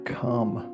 come